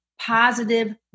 positive